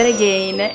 again